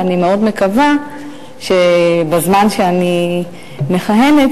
ואני מאוד מקווה שבזמן שאני מכהנת